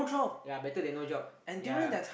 ya better than no job ya